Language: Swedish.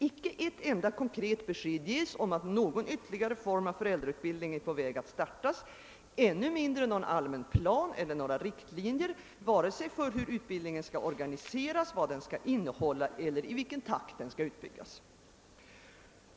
Icke ett enda konkret besked ges om att någon ytterligare form av föräldrautbildning är på väg att startas, och ännu mindre presenteras någon allmän plan eller några riktlinjer för vare sig hur utbildningen skall organiseras, vad den skall innehålla eller i vilken takt den skall utbyggas.